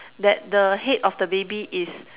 that the head of the baby is